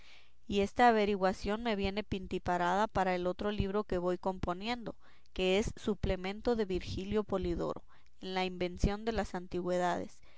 y esta averiguación me viene pintiparada para el otro libro que voy componiendo que es suplemento de virgilio polidoro en la invención de las antigüedades